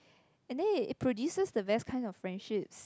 and then it produces the best kind of friendships